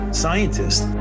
scientists